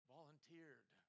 Volunteered